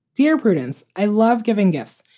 dear prudence, i love giving gifts.